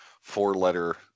four-letter